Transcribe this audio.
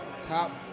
Top